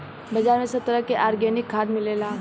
बाजार में सब तरह के आर्गेनिक खाद मिलेला